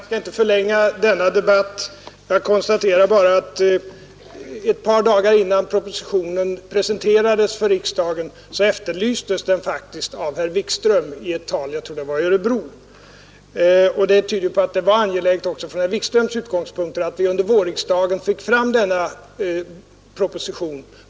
Fru talman! Jag skall inte förlänga denna debatt. Jag konstaterar bara 68 att ett par dagar innan propositionen presenterades för riksdagen efterlystes den faktiskt av herr Wikström i ett tal — jag tror att det var i Örebro. Det tyder på att det var angeläget också från herr Wikströms utgångspunkter att vi under vårriksdagen fick fram denna proposition.